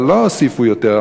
אבל לא הוסיפו יותר.